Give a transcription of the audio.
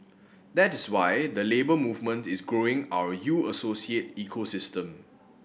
that is why the Labour Movement is growing our U Associate ecosystem